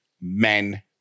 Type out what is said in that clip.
men